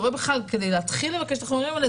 כדי להתחיל לבקש את החומרים האלה,